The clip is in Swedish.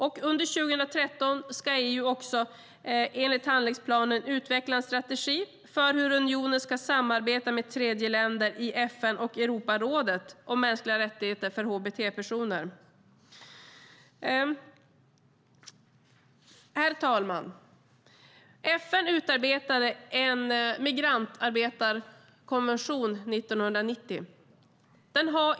Under 2013 ska EU också enligt handlingsplanen utveckla en strategi för hur unionen ska samarbeta med tredjeländer i FN och Europarådet om mänskliga rättigheter för hbt-personer. Herr talman! FN utarbetade en migrantarbetarkonvention 1990.